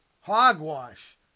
hogwash